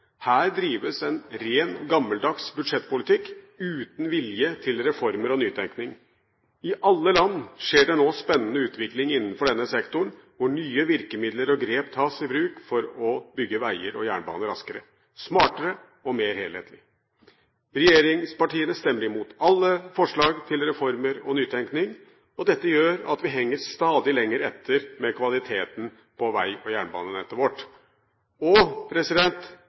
Her drives en ren gammeldags budsjettpolitikk uten vilje til reformer og nytenkning. I alle land skjer det nå spennende utvikling innenfor denne sektoren, hvor nye virkemidler og grep tas i bruk for å bygge veier og jernbane raskere, smartere og mer helhetlig. Regjeringspartiene stemmer imot alle forslag til reformer og nytenkning, og dette gjør at vi henger stadig lenger etter med kvaliteten på vei- og jernbanenettet vårt. Og